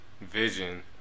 vision